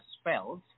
spells